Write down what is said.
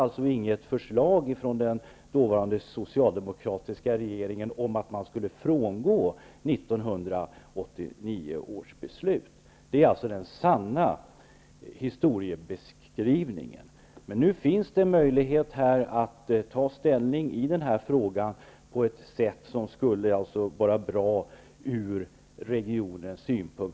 Det fanns inget förslag från den dåvarande socialdemokratiska regeringen om att 1989 års beslut skulle frångås. Det här är den sanna historiebeskrivningen. Nu finns det en möjlighet att här ta ställning i frågan på ett sätt som skulle vara bra från regionens synpunkt.